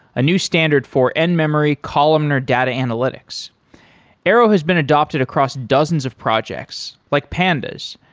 a new standard for end-memory columnar data analytics arrow has been adapted across dozens of projects, like pandas,